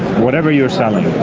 whatever you're selling, the